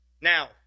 Now